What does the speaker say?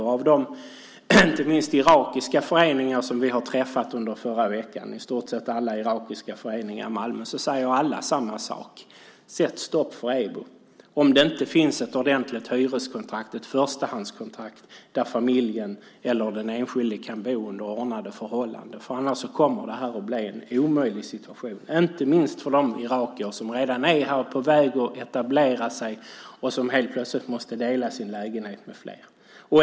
I stort sett alla irakiska föreningar i Malmö som vi träffade under förra veckan sade samma sak: Sätt stopp för EBO om det inte finns ett ordentligt förstahandskontrakt så att familjen eller den enskilde kan bo under ordnade förhållanden. Annars kommer det att bli en omöjlig situation, inte minst för de irakier som redan är här och är på väg att etablera sig och som helt plötsligt måste dela sin lägenhet med flera.